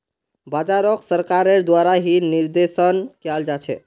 बाजारोक सरकारेर द्वारा ही निर्देशन कियाल जा छे